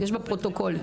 יש בפרוטוקול.